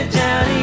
down